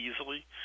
easily